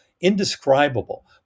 indescribable